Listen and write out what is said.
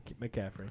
McCaffrey